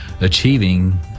achieving